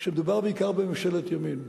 כשמדובר בעיקר בממשלת ימין,